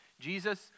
Jesus